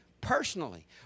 personally